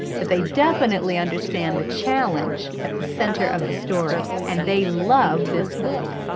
but they definitely understand the challenge at the center of the story. and they love this book!